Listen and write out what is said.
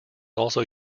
also